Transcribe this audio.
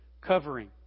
covering